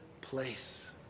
place